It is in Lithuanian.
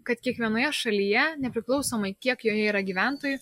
kad kiekvienoje šalyje nepriklausomai kiek joje yra gyventojų